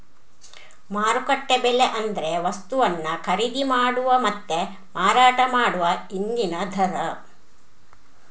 ಮಾರುಕಟ್ಟೆ ಬೆಲೆ ಅಂದ್ರೆ ವಸ್ತುವನ್ನ ಖರೀದಿ ಮಾಡುವ ಮತ್ತೆ ಮಾರಾಟ ಮಾಡುವ ಇಂದಿನ ದರ